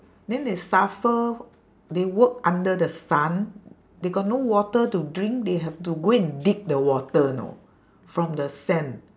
then they suffer they work under the sun they got no water to drink they have to go and dig the water you know from the sand